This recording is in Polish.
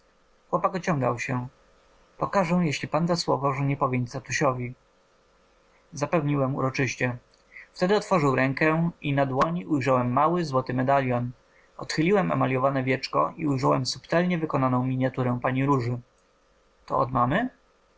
chłopak ociągał się pokażę jeśli pan da słowo że nie powie nic tatusiowi zapewniłem uroczyście wtedy otworzył rękę i na dłoni ujrzałem mały złoty medalion odchyliłem emaliowane wieczko i ujrzałem subtelnie wykonaną miniaturę pani róży to od mamy